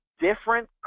different